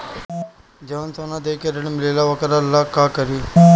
जवन सोना दे के ऋण मिलेला वोकरा ला का करी?